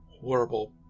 horrible